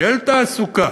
של תעסוקה